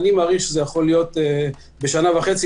אני מעריך שזה יכול להיות בשנה וחצי.